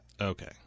Okay